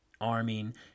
arming